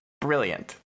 Brilliant